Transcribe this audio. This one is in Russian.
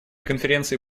конференции